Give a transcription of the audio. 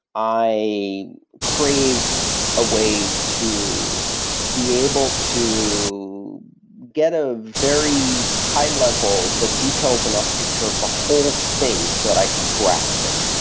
i craved a way to be able to get a very high level, but detailed enough picture of the whole things that i could grasp it.